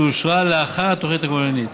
שאושרה לאחר התוכנית הכוללנית.